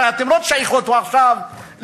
הרי אתם לא תשייכו אותו עכשיו לשאול